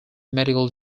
medical